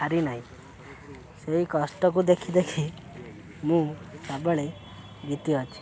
ହାରି ନାହିଁ ସେଇ କଷ୍ଟକୁ ଦେଖି ଦେଖି ମୁଁ ସବୁବେଳେ ଜିତି ଅଛି